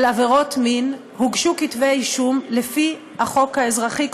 על עבירות מין הוגשו כתבי אישום לפי החוק האזרחי,